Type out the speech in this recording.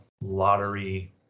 lottery